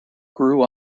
grew